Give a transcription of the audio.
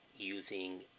using